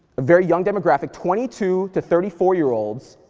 very young demographic, twenty two to thirty four year old,